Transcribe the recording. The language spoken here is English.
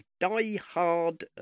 die-hard